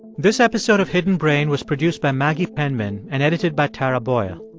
this episode of hidden brain was produced by maggie penman and edited by tara boyle.